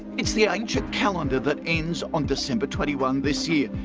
it's the ancient calendar that ends on december twenty one this year,